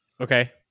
Okay